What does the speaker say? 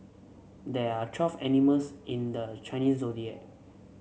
there are twelve animals in the Chinese Zodiac